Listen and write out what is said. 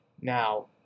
Now